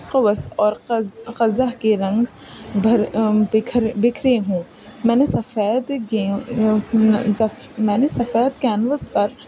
قوس قزح قزح کے رنگ بھر بکھر بکھرے ہوں میں نے سفید گی میں نے سفید کینوس پر